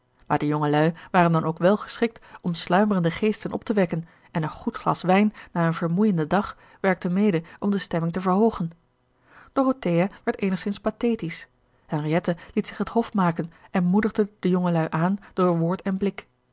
maar de jongelui waren dan ook wel geschikt om sluimerende geesten op te wekken en een goed glas wijn na een vermoeienden dag werkte mede om de stemming te verhoogen dorothea werd eenigzins pathetisch henriette liet zich het hof maken en moedigde de jongelui aan door woord en blik